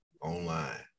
online